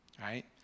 right